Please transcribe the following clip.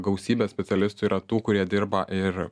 gausybė specialistų yra tų kurie dirba ir